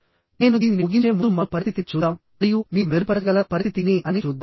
నేను దీనిని ముగించే ముందు మరో పరిస్థితిని చూద్దాం మరియు మీరు మెరుగుపరచగలరా పరిస్థితి ని అని చూద్దాం